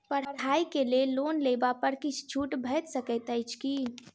पढ़ाई केँ लेल लोन लेबऽ पर किछ छुट भैट सकैत अछि की?